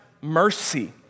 mercy